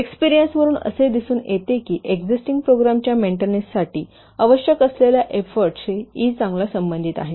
एक्सपेरियन्सवरून असे दिसून येते की एक्झिस्टिंग प्रोग्रामच्या मेंटेनन्ससाठी आवश्यक असलेल्या एफोर्टशी ई चांगला संबधीत आहे